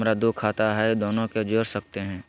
हमरा दू खाता हय, दोनो के जोड़ सकते है?